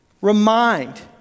Remind